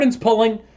pulling